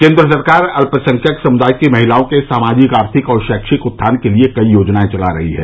केन्द्र सरकार अल्पसंख्यक समुदायों की महिलाओं के सामाजिक आर्थिक और शैक्षिक उत्थान के लिए कई योजनायें चला रही है